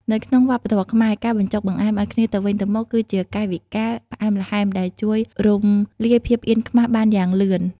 នៅក្នុងវប្បធម៌ខ្មែរ ការបញ្ចុកបង្អែមឱ្យគ្នាទៅវិញទៅមក គឺជាកាយវិការផ្អែមល្ហែមដែលជួយរំលាយភាពអៀនខ្មាសបានយ៉ាងលឿន។